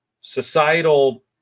societal